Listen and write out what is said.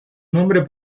nombre